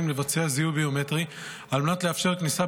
לבצע זיהוי ביומטרי על מנת לאפשר כניסה,